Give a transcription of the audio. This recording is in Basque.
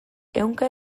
ehunka